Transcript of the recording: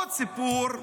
עוד סיפור.